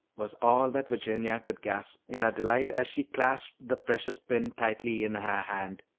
was all that virginia could gasp in her delight as she clasped the precious pin tightly in her hand.